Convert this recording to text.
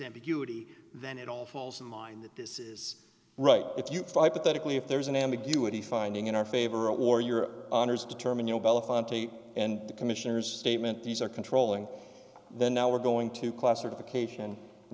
ambiguity then it all falls in mind that this is right if you fight pathetically if there's an ambiguity finding in our favor or your honour's determine your bellefonte and the commissioners statement these are controlling the now we're going to classification and